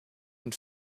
und